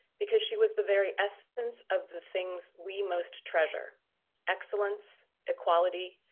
because she was the very essence of the things we most treasure excellence, equality,